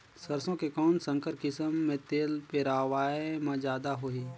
सरसो के कौन संकर किसम मे तेल पेरावाय म जादा होही?